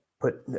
put